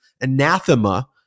anathema